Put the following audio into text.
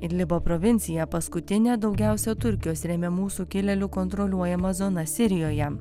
idlibo provincija paskutinė daugiausia turkijos remiamų sukilėlių kontroliuojama zona sirijoje